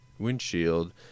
windshield